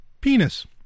penis